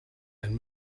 and